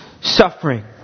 suffering